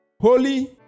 holy